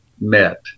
met